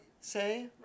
say